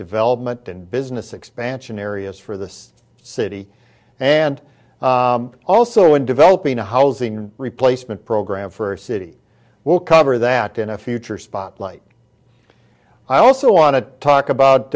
development and business expansion areas for the city and also in developing a housing replacement program for city will cover that in a future spotlight i also want to talk